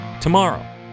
tomorrow